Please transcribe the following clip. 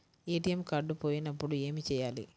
ATM card పోయినప్పుడు ఏమి చేయాలి?